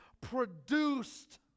produced